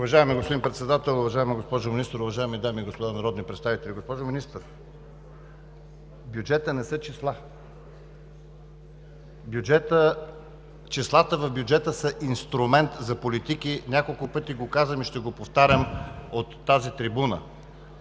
Уважаеми господин Председател, уважаема госпожо Министър, уважаеми дами и господа народни представители! Госпожо Министър, бюджетът не са числа, числата в бюджета са инструмент за политики. Няколко пъти го казвам и ще го повтарям от тази трибуна.